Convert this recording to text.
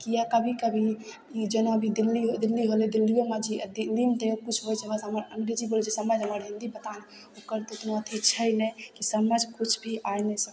किएक कभी कभी ई जेना अभी दिल्ली गेलय दिल्लीयोमे अजीब दिल्लीमे तऽ किछु होइ छै हमरा सामने अंग्रेजी बोलय छै समझ मगर हिंदी पता नहि ओकर तऽ कोनो अथी छै ने कि समझ किछु भी आइ नहि सकय छै